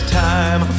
time